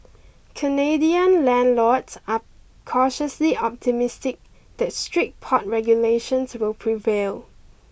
Canadian landlords are cautiously optimistic that strict pot regulations will prevail